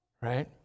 Right